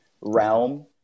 realm